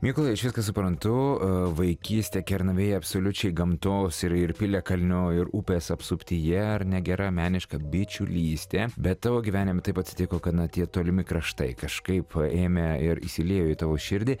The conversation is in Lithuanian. mykolai aš viską suprantu vaikystė kernavėje absoliučiai gamtos ir ir piliakalnių ir upės apsuptyje ar ne gera meniška bičiulystė bet tavo gyvenime taip atsitiko kad na tie tolimi kraštai kažkaip ėmė ir įsiliejo į tavo širdį